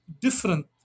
different